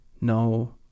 no